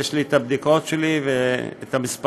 ויש לי הבדיקות שלי את המספרים,